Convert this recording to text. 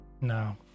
No